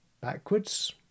backwards